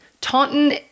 Taunton